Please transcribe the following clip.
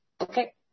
Okay